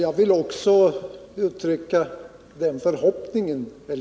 Herr talman!